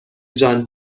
جان